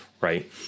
right